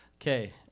Okay